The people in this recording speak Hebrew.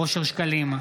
אושר שקלים,